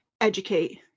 educate